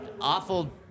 Awful